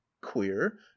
queer